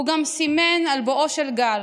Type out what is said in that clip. הוא גם סימן את בואו של גל,